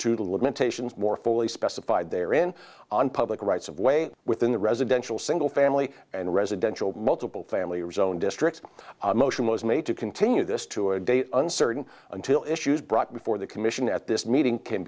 to the limitations more fully specified they are in on public rights of way within the residential single family and residential multiple family rezoned districts motion was made to continue this to a day uncertain until issues brought before the commission at this meeting can